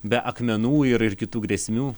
be akmenų ir ir kitų grėsmių